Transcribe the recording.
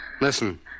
Listen